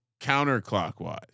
counterclockwise